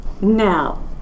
Now